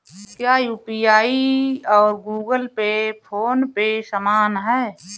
क्या यू.पी.आई और Google Pay PhonePe समान हैं?